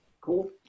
Cool